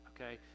okay